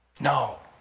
No